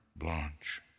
Blanche